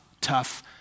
tough